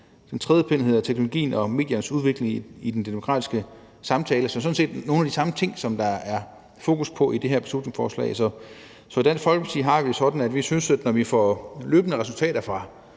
En tredje pind hedder teknologiens og mediernes udvikling i den demokratiske samtale. Det er sådan set nogle af de samme ting, som der er fokus på i det her beslutningsforslag. Så i Dansk Folkeparti har vi det sådan, at vi synes, at når vi løbende får resultater fra